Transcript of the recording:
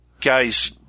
guys